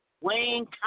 Wayne